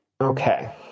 Okay